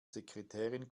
sekretärin